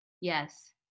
Yes